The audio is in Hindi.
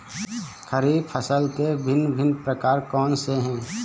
खरीब फसल के भिन भिन प्रकार कौन से हैं?